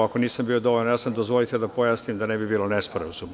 Ako nisam bio dovoljno jasan, dozvolite da pojasnim, da ne bi bilo nesporazuma.